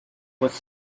was